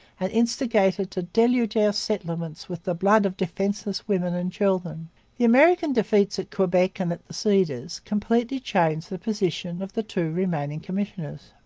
and instigated to deluge our settlements with the blood of defenceless women and children the american defeats at quebec and at the cedars completely changed the position of the two remaining commissioners.